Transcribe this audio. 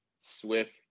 Swift